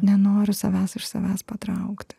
nenoriu savęs iš savęs patraukti